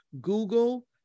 Google